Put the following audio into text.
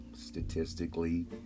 Statistically